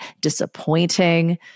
disappointing